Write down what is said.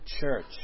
church